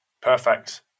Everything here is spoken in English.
Perfect